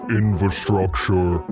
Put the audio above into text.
infrastructure